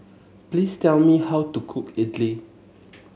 please tell me how to cook idly